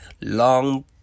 long